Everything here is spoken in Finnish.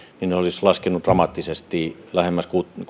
olisi laskenut dramaattisesti lähemmäs